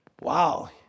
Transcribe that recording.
wow